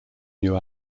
new